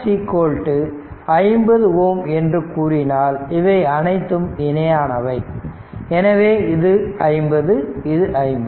RL 50 ohm என்று கூறினால் இவை அனைத்தும் இணையானவை எனவே இது 50 50